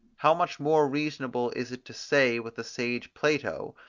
how much more reasonable is it to say with the sage plato,